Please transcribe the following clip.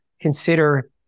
consider